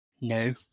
No